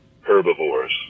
herbivores